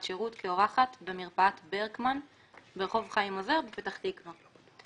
שירות כאורחת במרפאת ברקמן ברחוב חיים עוזר בפתח תקווה.